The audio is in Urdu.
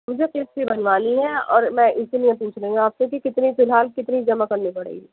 مجھے قسط ہی بنوانی ہے اور میں اس لیے پوچھ رہی ہوں آپ سے کہ کتنی فی الحال کتنی جمع کرنی پڑے گی